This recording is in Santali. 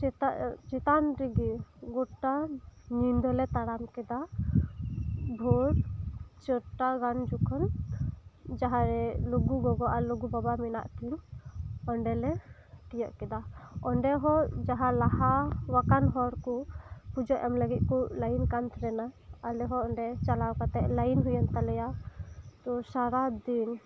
ᱪᱮᱛᱟ ᱪᱮᱛᱟᱱ ᱨᱮᱜᱮ ᱜᱚᱴᱟ ᱧᱤᱫᱟᱹᱞᱮ ᱛᱟᱲᱟᱢ ᱠᱮᱫᱟ ᱵᱷᱳᱨ ᱪᱟᱹᱨᱴᱟ ᱜᱟᱱ ᱡᱚᱠᱷᱚᱱ ᱡᱟᱦᱟᱸᱨᱮ ᱞᱩᱜᱩ ᱜᱚᱜᱚ ᱞᱩᱜᱩ ᱵᱟᱵᱟ ᱢᱮᱱᱟᱜ ᱠᱤᱱ ᱚᱸᱰᱮ ᱞᱮ ᱛᱤᱭᱟᱹᱜ ᱠᱮᱫᱟ ᱚᱸᱰᱮ ᱦᱚ ᱡᱟᱦᱟᱸ ᱞᱟᱦᱟᱣᱟᱠᱟᱱ ᱦᱚᱲ ᱠᱚ ᱯᱩᱡᱟᱹ ᱮᱢ ᱞᱟᱜᱤᱫ ᱠᱚ ᱞᱟᱭᱤᱱ ᱠᱟᱱ ᱛᱟᱦᱮᱸᱱᱟ ᱟᱞᱮ ᱦᱚ ᱚᱸᱰᱮ ᱪᱟᱞᱟᱣ ᱠᱟᱛᱮᱜ ᱞᱟᱭᱤᱱ ᱦᱩᱭᱮᱱ ᱛᱟᱞᱮᱭᱟ ᱛᱚ ᱥᱟᱨᱟ ᱫᱤᱱ